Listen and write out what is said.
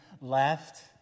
left